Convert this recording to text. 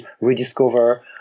rediscover